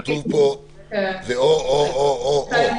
כתוב פה: "או", "או", "או".